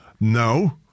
No